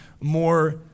more